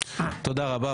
תודה רבה.